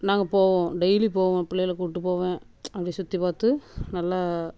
நாங்கள் போவோம் டெய்லி போவோம் பிள்ளைகள கூட்டு போவேன் அப்படே சுற்றி பார்த்து நல்லா